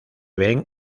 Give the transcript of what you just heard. ven